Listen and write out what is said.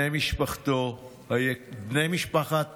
בני משפחת